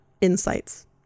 insights